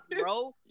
bro